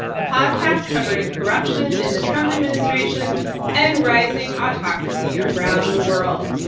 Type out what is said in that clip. a podcast covering corruption in the trump administration and rising autocracy around the world.